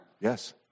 Yes